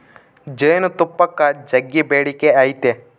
ಜೇನುತುಪ್ಪಕ್ಕ ಜಗ್ಗಿ ಬೇಡಿಕೆ ಐತೆ